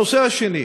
הנושא השני,